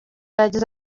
yagize